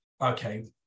Okay